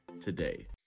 today